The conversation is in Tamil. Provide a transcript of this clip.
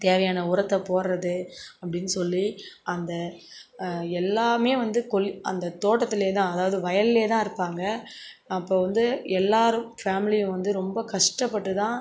தேவையான உரத்தை போடுறது அப்படின்னு சொல்லி அந்த எல்லாமே வந்து கொள் அந்தத் தோட்டத்தில் தான் அதாவது வயல்லேயே தான் இருப்பாங்க அப்போது வந்து எல்லாரும் ஃபேமிலி வந்து ரொம்ப கஷ்டப்பட்டு தான்